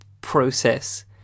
process